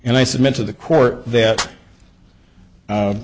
and i submit to the court that